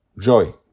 joy